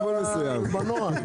--- מנוע.